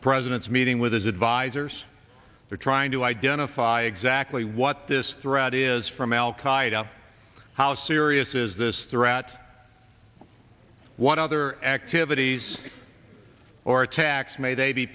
the president's meeting with his advisors they're trying to identify exactly what this threat is from al qaeda how serious is this threat what other activities or attacks may